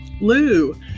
Lou